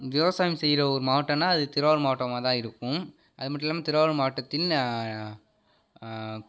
விவசாயம் செய்யற ஒரு மாவட்டம்னா அது திருவாரூர் மாவட்டமாக தான் இருக்கும் அது மட்டும் இல்லாமல் திருவாரூர் மாவட்டத்தின்